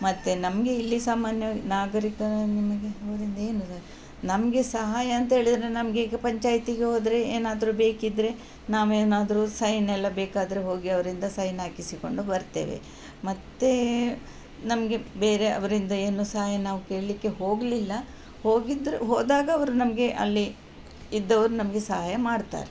ಮತ್ತು ನಮಗೆ ಇಲ್ಲಿ ಸಾಮಾನ್ಯವಾಗಿ ನಾಗರಿಕ ನಿಮಗೆ ಅವರಿಂದ ಏನು ನಮಗೆ ಸಹಾಯ ಅಂತೇಳಿದರೆ ನಮಗೆ ಈಗ ಪಂಚಾಯಿತಿಗೆ ಹೋದರೆ ಏನಾದ್ರೂ ಬೇಕಿದ್ದರೆ ನಾವು ಏನಾದ್ರೂ ಸೈನೆಲ್ಲ ಬೇಕಾದರೆ ಹೋಗಿ ಅವರಿಂದ ಸೈನ್ ಹಾಕಿಸಿಕೊಂಡು ಬರ್ತೇವೆ ಮತ್ತು ನಮಗೆ ಬೇರೆ ಅವರಿಂದ ಏನೂ ಸಹಾಯ ನಾವು ಕೇಳಲಿಕ್ಕೆ ಹೋಗಲಿಲ್ಲ ಹೋಗಿದ್ರೆ ಹೋದಾಗ ಅವರು ನಮಗೆ ಅಲ್ಲಿ ಇದ್ದವ್ರು ನಮಗೆ ಸಹಾಯ ಮಾಡ್ತಾರೆ